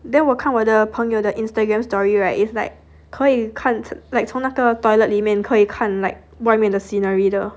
then 我看我的朋友的 Instagram story right it's like 可以 like 从那个 toilet 里面可以看外面 scenery 的